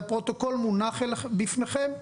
והפרוטוקול מונח בפניכם,